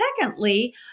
secondly